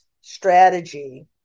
strategy